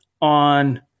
on